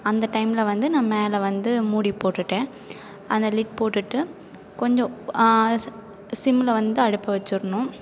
அந்த டைமில் வந்து நான் மேல வந்து மூடி போட்டுட்டேன் அந்த லிட் போட்டுட்டு கொஞ்சம் ஸ் சிமில் வந்து அடுப்பை வச்சிருணும்